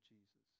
Jesus